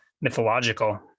Mythological